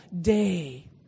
day